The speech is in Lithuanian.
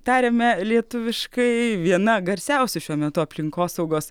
tariame lietuviškai viena garsiausių šiuo metu aplinkosaugos